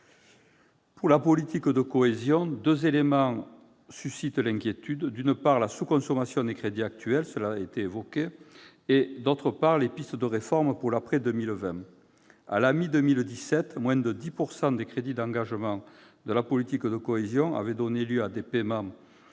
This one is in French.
de la politique de cohésion, deux éléments suscitent l'inquiétude : d'une part, la sous-consommation des crédits actuels déjà évoquée et, d'autre part, les pistes de réforme pour la période postérieure à 2020. Au milieu de l'année 2017, moins de 10 % des crédits d'engagement de la politique de cohésion avaient donné lieu à des paiements,